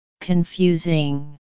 CONFUSING